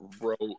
wrote